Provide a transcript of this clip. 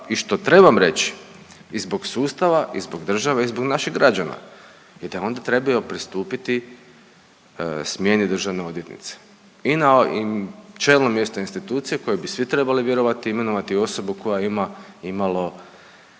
i što trebam reći i zbog sustava i zbog države i zbog naših građana, je da onda trebaju pristupiti smjeni državne odvjetnice. I na čelno mjesto institucije kojoj bi svi trebali vjerovati imenovati osobu koja ima imalo